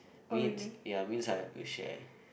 means ya I mean have to share